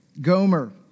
Gomer